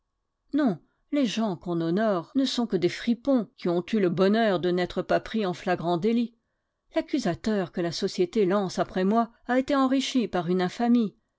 non les gens qu'on honoré ne sont que des fripons qui ont eu le bonheur de n'être pas pris en flagrant délit l'accusateur que la société lance après moi a été enrichi par une infamie